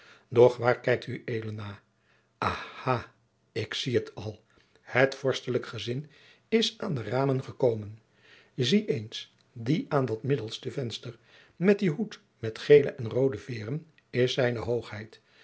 doch waar kijkt ued na aha ik zie het al het vorstelijk gezin is aan de ramen gekomen zie eens die aan dat middelste venster met dien hoed met geele en roode veeren is zijne hoogheid